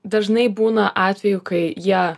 dažnai būna atvejų kai jie